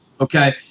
Okay